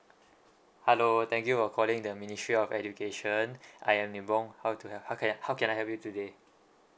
hello thank you for calling the ministry of education I am nibong how do help how can I how can I help you today